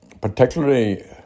particularly